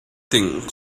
thing